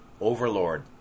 overlord